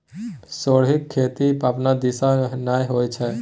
खेढ़ीक खेती अपना दिस नै होए छै